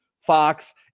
fox